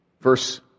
Verse